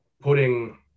putting